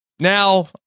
Now